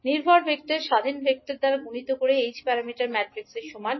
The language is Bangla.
নির্ভর ভেক্টর স্বাধীন ভেক্টর দ্বারা গুণিত h প্যারামিটার ম্যাট্রিক্সের সমান